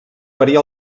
varia